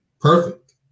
perfect